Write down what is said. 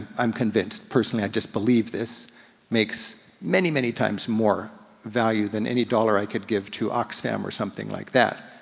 i'm convinced. personally i just believe this makes many, many times more value than any dollar i could give to oxfam or something like that.